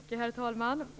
Herr talman!